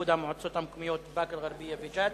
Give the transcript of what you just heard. איחוד המועצות המקומיות באקה-אל-ע'רביה וג'ת).